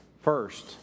first